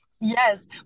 yes